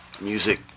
music